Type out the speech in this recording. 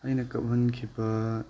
ꯑꯩꯅ ꯀꯞꯍꯟꯈꯤꯕ